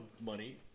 money